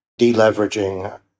deleveraging